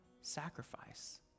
sacrifice